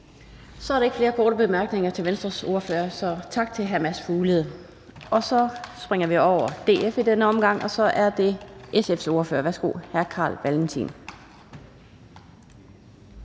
Så er der ikke flere korte bemærkninger til Venstres ordfører, så vi siger tak til hr. Mads Fuglede. Så springer vi over DF i denne omgang, og så er det SF's ordfører, hr. Carl Valentin.